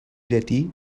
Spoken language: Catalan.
llatí